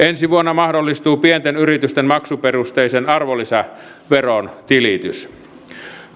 ensi vuonna mahdollistuu pienten yritysten maksuperusteisen arvonlisäveron tilitys